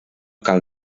cal